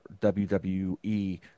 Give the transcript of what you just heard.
WWE